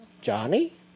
Johnny